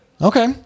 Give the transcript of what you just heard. Okay